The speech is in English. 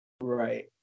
Right